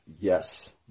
yes